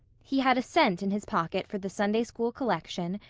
he had a cent in his pocket for the sunday school collection,